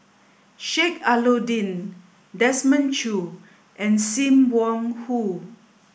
Sheik Alau'ddin Desmond Choo and Sim Wong Hoo